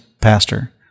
pastor